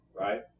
right